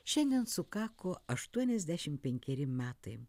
šiandien sukako aštuoniasdešim penkeri metai